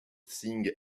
thing